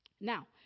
Now